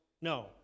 No